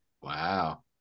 Wow